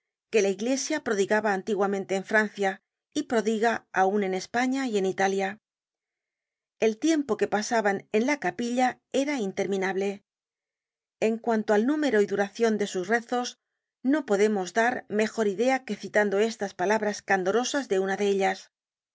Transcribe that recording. que la iglesia prodigaba antiguamente en francia y prodiga aun en españa y en italia el tiempo que pasaban en la capilla era interminable en cuanto al número y duracion de sus rezos no podemos dar mejor idea que citando estas palabras candorosas de una de ellas